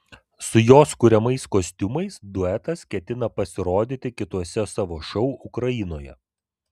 su jos kuriamais kostiumais duetas ketina pasirodyti kituose savo šou ukrainoje